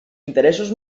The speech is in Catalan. interessos